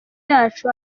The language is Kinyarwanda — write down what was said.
yacu